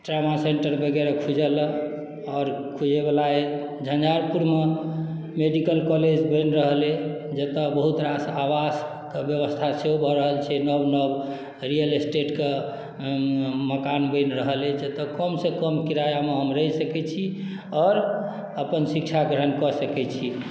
trauma centre वगैरा खुजलए आओर खुजैवला अइ झंझारपुरमे मेडिकल कॉलेज बनि रहल अइ जतय बहुत रास आवासके व्यवस्था सेहो भऽ रहल छै नव नव रियल स्टेटके मकान बनि रहल अछि एतय कमसँ कम किरायामे हम रहि सकैत छी आओर अपन शिक्षा ग्रहण कऽ सकैत छी